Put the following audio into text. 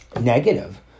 negative